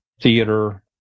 theater